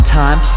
time